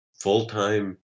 full-time